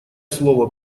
слово